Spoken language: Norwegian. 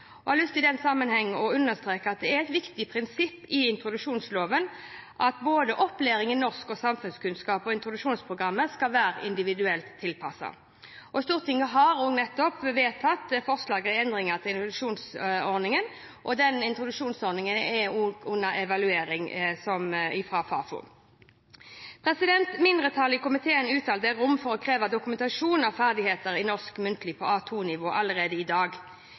Jeg har i den sammenheng lyst til å understreke at det er et viktig prinsipp i introduksjonsloven at både opplæring i norsk og samfunnskunnskap og i introduksjonsprogrammet skal være individuelt tilpasset. Stortinget har nettopp vedtatt forslag om endringer i introduksjonsloven, og ordningene i introduksjonsloven er under evaluering av Fafo. Mindretallet i komiteen uttaler at det er rom for å kreve dokumentasjon av ferdigheter i norsk muntlig på A2-nivå allerede i dag.